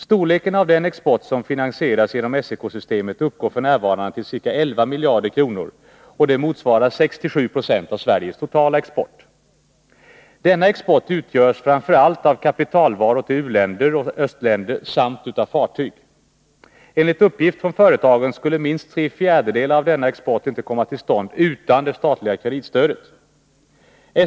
Storleken av den export som finansieras genom SEK-systemet uppgår f. n. till ca 11 miljarder kronor, motsvarande 6-7 90 av Sveriges totala export. Denna export utgörs framför allt av kapitalvaror till u-länder och östländer samt av fartyg. Enligt uppgift från företagen skulle minst tre fjärdedelar av denna export inte komma till stånd utan statligt kreditstöd.